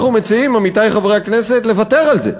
אנחנו מציעים, עמיתי חברי הכנסת, לוותר על זה.